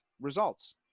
results